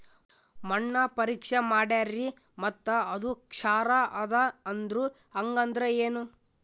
ಮಣ್ಣ ಪರೀಕ್ಷಾ ಮಾಡ್ಯಾರ್ರಿ ಮತ್ತ ಅದು ಕ್ಷಾರ ಅದ ಅಂದ್ರು, ಹಂಗದ್ರ ಏನು?